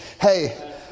Hey